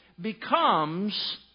becomes